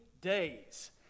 days